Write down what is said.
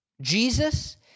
Jesus